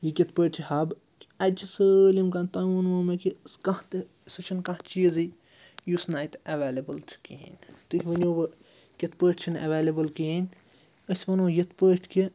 یہِ کِتھ پٲٹھۍ چھِ حَب کہِ اَتہِ چھِ سٲلِم کانٛہہ تۄہہِ ووٚنمو مےٚ کہِ سُہ کانٛہہ تہِ سُہ چھُنہٕ کانٛہہ چیٖزٕے یُس نہٕ اَتہِ اٮ۪وٮ۪لیبٕل چھُ کِہیٖنۍ تُہۍ ؤنِو وۄنۍ کِتھ پٲٹھۍ چھِنہٕ اٮ۪وٮ۪لیبٕل کِہیٖنۍ أسۍ وَنو یِتھ پٲٹھۍ کہِ